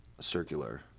circular